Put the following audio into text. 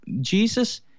Jesus